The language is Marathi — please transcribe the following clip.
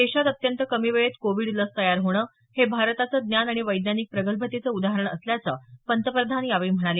देशात अत्यंत कमी वेळेत कोविड लस तयार होणं हे भारताचं ज्ञान आणि वैज्ञानिक प्रगल्भतेचं उदाहरण असल्याचं पंतप्रधान यावेळी म्हणाले